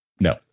No